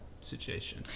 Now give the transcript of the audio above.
situation